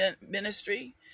ministry